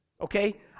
Okay